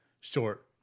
short